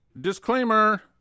Disclaimer